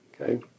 Okay